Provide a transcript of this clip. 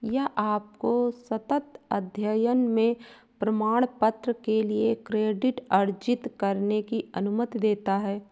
यह आपको सतत अध्ययन में प्रमाणपत्र के लिए क्रेडिट अर्जित करने की अनुमति देता है